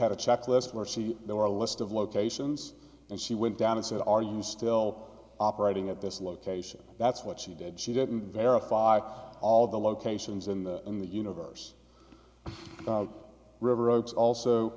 had a checklist or see there were a list of locations and she went down and said are you still operating at this location that's what she did she didn't verify all the locations in the in the universe river oaks also